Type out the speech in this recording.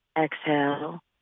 Exhale